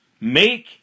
Make